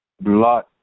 blood